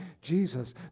Jesus